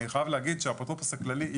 האפוטרופוס הכללי,